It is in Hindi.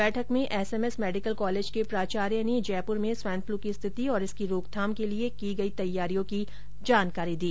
बैठक में एसएमएस मेडिकल कॉलेज के प्राचार्य ने जयपुर में स्वाइन फ्लु की स्थिति और इसकी रोकथाम के लिए की गई तैयारियों की जानकारी दी